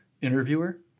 Interviewer